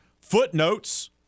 footnotes